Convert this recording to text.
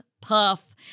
Puff